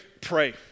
pray